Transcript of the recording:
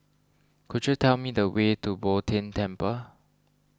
could you tell me the way to Bo Tien Temple